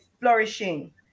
flourishing